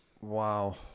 Wow